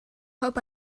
hope